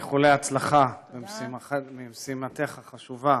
איחולי הצלחה במשימתך החשובה.